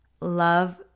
love